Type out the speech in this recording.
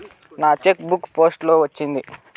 నా cheque book post లో వచ్చింది